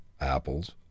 apples